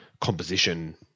composition